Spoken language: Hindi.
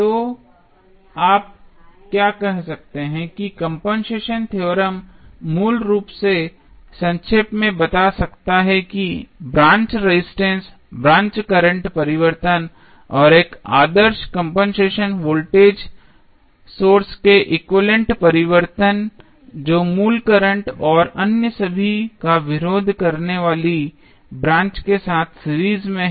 तो आप क्या कह सकते हैं कि कंपनसेशन थ्योरम मूल रूप से संक्षेप में बता सकता है कि ब्रांच रेजिस्टेंस ब्रांच करंट परिवर्तन और एक आदर्श कंपनसेशन वोल्टेज सोर्स के एक्विवैलेन्ट परिवर्तन जो मूल करंट और अन्य सभी का विरोध करने वाली ब्रांच के साथ सीरीज में है